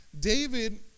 David